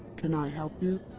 can i help you?